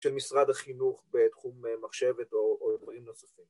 ‫של משרד החינוך בתחום מחשבת ‫או יקרים נוספים.